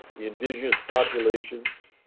the indigenous populations